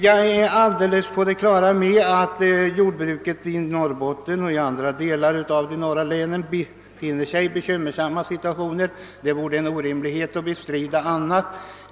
Jag är helt på det klara med att jordbruket i Norrbotten och i andra delar av de norra länen befinner sig i en bekymmersam situation — det vore omöjligt att hävda något annat.